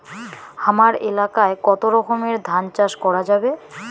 হামার এলাকায় কতো রকমের ধান চাষ করা যাবে?